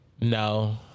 No